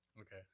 Okay